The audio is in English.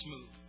move